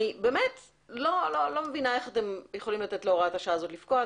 אני לא מבינה איך אתם יכולים לתת להוראת השעה הזאת לפקוע.